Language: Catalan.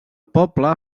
poble